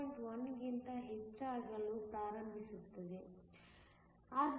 1 ಕ್ಕಿಂತ ಹೆಚ್ಚಾಗಲು ಪ್ರಾರಂಭಿಸುತ್ತದೆ